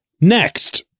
Next